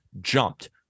jumped